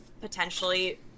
potentially